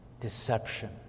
deception